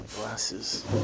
glasses